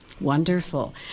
Wonderful